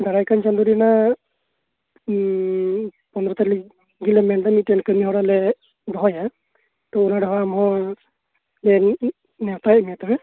ᱫᱟᱨᱟᱭ ᱠᱟᱱ ᱪᱟᱸᱫᱮ ᱨᱮᱱᱟᱜ ᱯᱚᱸᱫᱽᱨᱚ ᱛᱟᱹᱨᱤᱠᱷ ᱜᱮᱞᱮ ᱢᱮᱱᱮᱫᱟ ᱢᱤᱫᱽᱴᱮᱡ ᱠᱟᱹᱢᱤ ᱦᱚᱨᱟ ᱞᱮ ᱫᱚᱦᱚᱭᱟ ᱛᱚ ᱤᱱᱟᱹ ᱦᱤᱞᱳᱜ ᱟᱢ ᱦᱚᱸᱞᱮ ᱱᱮᱣᱛᱟᱭᱮᱫ ᱢᱮᱭᱟ ᱛᱚᱵᱮ